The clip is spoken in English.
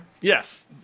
yes